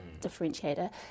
differentiator